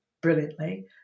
brilliantly